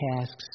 tasks